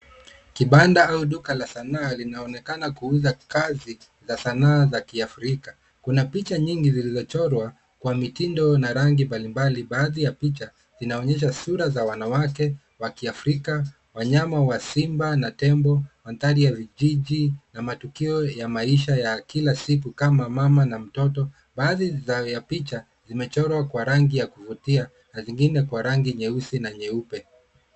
Kibanda au duka la sanaa linaonekana kuuza kazi za sanaa za kiafrika. Kuna picha nyingi zilizochorwa kwa mitindo na rangi mbalimbali. Baadhi ya picha zinaonyesha sura za wanawake wa kiafrika, wanyama wa simba na tembo, mandhari ya vijiji na matukio ya maisha ya kila siku kama mama na mtoto. Baadhi ya picha zimechorwa kwa rangi ya kuvutia na zingine kwa rangi nyeusi na nyeupe.